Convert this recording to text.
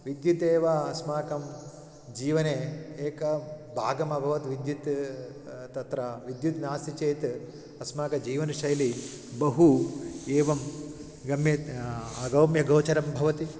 विद्युतेव अस्माकं जीवने एकं भागमभवत् विद्युत् तत्र विद्युत् नास्ति चेत् अस्माकं जीवनशैली बहु एवं गम्यत् अगम्यगोचरं भवति